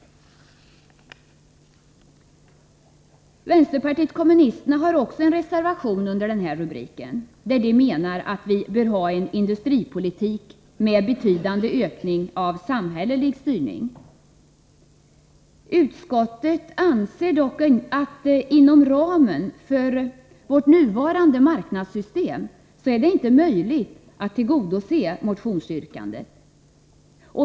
Vpk har också en reservation under den här rubriken, där de menar att vi bör ha en industripolitik med betydande ökning av samhällelig styrning. Utskottet anser dock att det inom ramen för vårt nuvarande marknadssystem inte är möjligt att tillgodose motionsyrkandet.